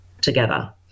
together